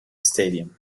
stadium